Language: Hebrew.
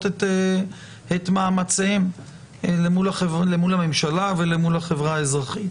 את מאמציהם אל מול הממשלה ואל מול החברה האזרחית.